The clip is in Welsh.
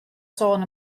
sôn